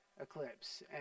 eclipse